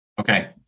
Okay